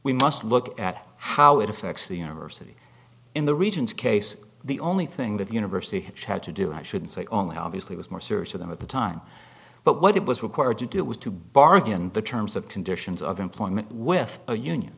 we must look at how it affects the university in the regions case the only thing that the university has had to do i should say only obviously was more serious for them at the time but what it was required to do was to bargain the terms of conditions of employment with a union